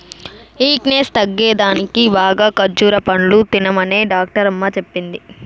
weakness తగ్గేదానికి బాగా ఖజ్జూర పండ్లు తినమనే డాక్టరమ్మ చెప్పింది